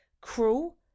Cruel